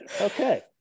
Okay